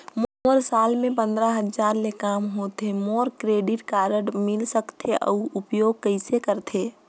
मोर साल मे पंद्रह हजार ले काम होथे मोला क्रेडिट कारड मिल सकथे? अउ उपयोग कइसे करथे?